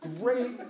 great